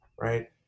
right